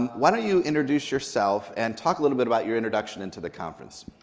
why don't you introduce yourself and talk a little bit about your introduction into the conference.